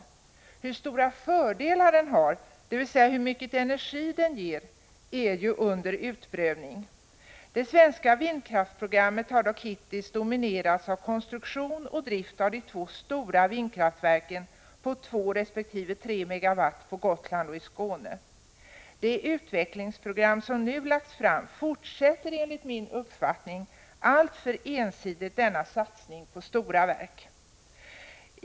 Hur stora fördelar vindkraften har, dvs. hur mycket energi den ger, är ju under prövning. Det svenska vindkraftsprogrammet har dock hittills dominerats av konstruktion och drift av de två stora vindkraftverken på 2 resp. 3 MW på Gotland och i Skåne. Det utvecklingsprogram som nu lagts fram fortsätter enligt min uppfattning alltför ensidigt denna satsning på stora verk.